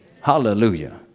Hallelujah